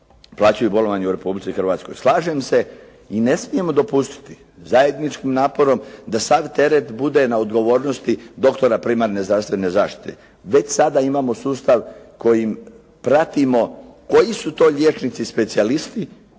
plaćaju bolovanje u Republici Hrvatskoj. Slažem se i ne smijemo dopustiti zajedničkim naporom da sav teret bude na odgovornosti doktora primarne zdravstvene zaštite. Već sada imamo sustav kojim pratimo koji su to liječnici specijalisti